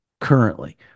currently